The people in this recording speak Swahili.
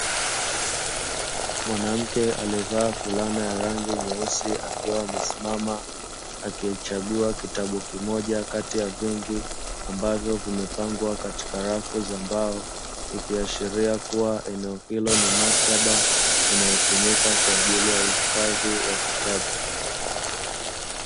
Mwanamke aliyevaa fulana ya rangi nyeusi akiwa amesimama, akichagua kitabu kimoja kati ya vinge ambavyo vimepangwa katika rafu za mbao, ikiashiria kuwa eneo hilo ni maktaba inayotumika kwa ajili ya uhifadhi wa vitabu.